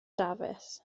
dafis